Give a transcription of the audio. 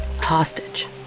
hostage